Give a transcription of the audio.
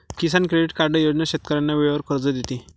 किसान credit card योजना शेतकऱ्यांना वेळेवर कर्ज देते